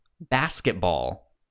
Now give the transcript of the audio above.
Basketball